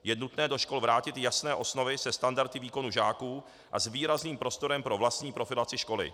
Je nutné do škol vrátit jasné osnovy se standardy výkonů žáků a s výrazným prostorem pro vlastní profilaci školy.